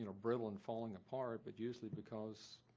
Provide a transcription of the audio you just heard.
and brittle and falling apart but usually because